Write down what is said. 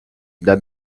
that